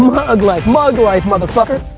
mug life, mug life mother fucker.